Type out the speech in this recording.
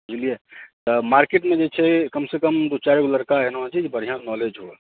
बुझलियै मार्केटमे जे छै कम सँ कम दू चारि गो लड़का एहनो छै जे बढिऑंसँ नॉलेज हुए